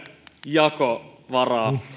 jakovaraa